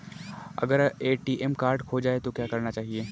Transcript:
अगर ATM card खो जाए तो क्या करना चाहिए?